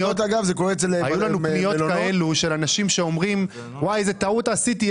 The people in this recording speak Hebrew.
היו לנו פניות של אנשים שאומרים: איזו טעות עשיתי,